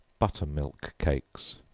butter-milk cakes.